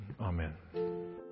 amen